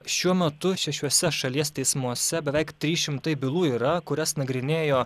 šiuo metu šešiuose šalies teismuose beveik trys šimtai bylų yra kurias nagrinėjo